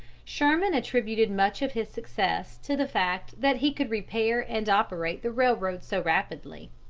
sherman attributed much of his success to the fact that he could repair and operate the railroad so rapidly.